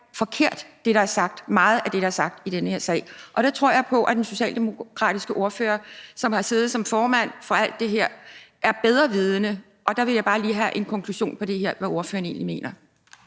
For jeg synes, at meget af det, der er sagt i den her sag, er forkert, og der tror jeg på, at den socialdemokratiske ordfører, som har siddet som formand for alt det her, er bedre vidende, og der vil jeg bare lige have en konklusion på, hvad ordføreren egentlig mener.